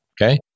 Okay